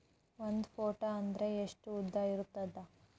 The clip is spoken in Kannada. ಒಂದು ಫೂಟ್ ಅಂದ್ರೆ ಎಷ್ಟು ಉದ್ದ ಇರುತ್ತದ?